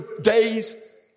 days